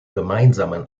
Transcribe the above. gemeinsamen